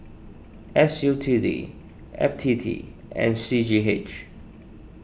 S U T D F T T and C G H